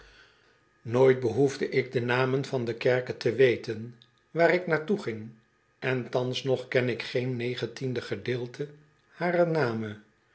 nooit behoefde ik de namen der kerken te weten waar ik naar toeging en thans nog ken ik geen io gedeelte harer namen